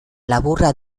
laburra